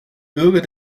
bürger